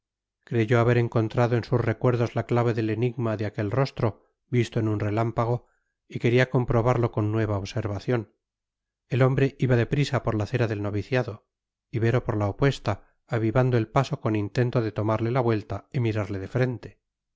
creyó haber encontrado en sus recuerdos la clave del enigma de aquel rostro visto en un relámpago y quería comprobarlo con nueva observación el hombre iba de prisa por la acera del noviciado ibero por la opuesta avivando el paso con intento de tomarle la vuelta y mirarle de frente